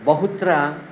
बहुत्र